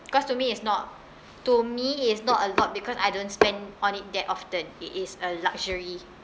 because to me it's not to me it's not a lot because I don't spend on it that often it is a luxury